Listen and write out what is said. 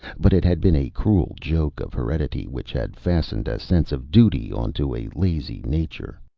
but it had been a cruel joke of heredity which had fastened a sense of duty onto a lazy nature.